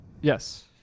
Yes